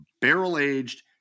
barrel-aged